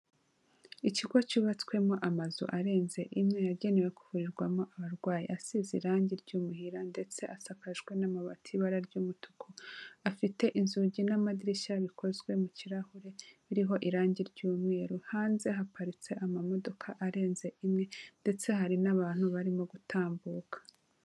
Ikigo cyubatswemo amazu arenze imwe, yagenewe kuvurirwamo abarwayi. Asize irangi ry'ubuhira ndetse asakajwe n'amabati y'ibara ry'umutuku. Afite inzugi n'amadirishya bikozwe mu kirahure, biriho irangi ry'umweru. Hanze haparitse amamodoka arenze imwe ndetse hari n'abantu barimo gutambuka.